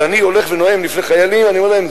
כשאני הולך ונואם לפני חיילים אני אומר להם: